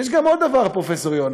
יש עוד דבר, פרופ' יונה.